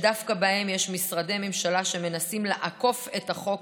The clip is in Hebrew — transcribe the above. ודווקא בהם יש משרדי ממשלה שמנסים לעקוף את החוק,